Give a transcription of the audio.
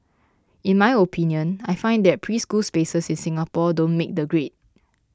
in my opinion I find that preschool spaces in Singapore don't make the grade